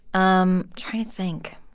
i'm trying to think.